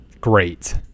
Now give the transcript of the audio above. great